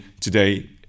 today